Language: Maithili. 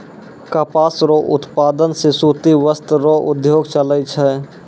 कपास रो उप्तादन से सूती वस्त्र रो उद्योग चलै छै